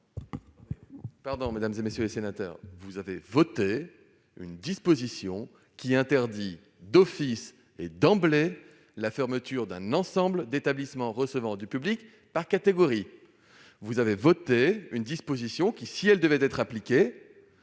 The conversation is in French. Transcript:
Mesdames, messieurs les sénateurs, vous avez voté une disposition qui interdit d'office et d'emblée la fermeture d'un ensemble d'établissements recevant du public par catégorie ! Si elle devait être appliquée,